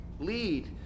Lead